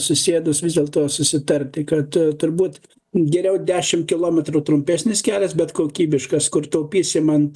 susėdus vis dėlto susitarti kad turbūt geriau dešim kilometrų trumpesnis kelias bet kokybiškas kur taupysim ant